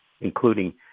including